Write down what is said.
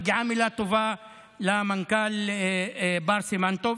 מגיעה מילה טובה למנכ"ל בר סימן טוב,